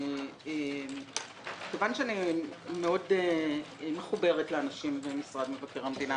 אני מאוד מחוברת לאנשים במשרד מבקר המדינה,